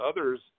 others